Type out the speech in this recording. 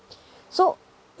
so